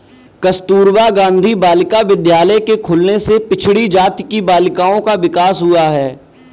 कस्तूरबा गाँधी बालिका विद्यालय के खुलने से पिछड़ी जाति की बालिकाओं का विकास हुआ है